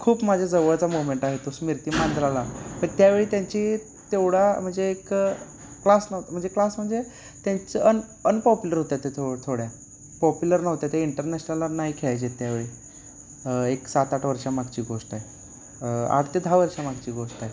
खूप माझ्याजवळचा मुवमेंट आहे तो स्मृती मानधनाला पण त्यावेळी त्यांची तेवढा म्हणजे एक क्लास नव म्हणजे क्लास म्हणजे त्यांचं अन अनपॉप्युलर होत्या ते थो थोड्या पॉप्युलर नव्हत्या ते इंटरनॅशनलला नाही खेळायचे त्यावेळी एक सात आठ वर्षा मागची गोष्ट आहे आठ ते दहा वर्षा मागची गोष्ट आहे